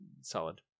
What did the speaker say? solid